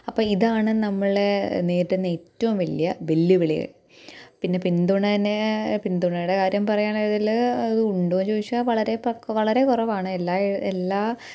അപ്പം ഇതാണ് നമ്മളെ നേരിടുന്ന ഏറ്റവും വലിയ വെല്ലുവിളി പിന്നെ പിന്തുണനെ പിന്തുണയുടെ കാര്യം പറയുവാണെങ്കിൽ അതുണ്ടോ ചോദിച്ചാൽ വളരെ പക് വളരെ കുറവാണ് എല്ലാ എല്ലാ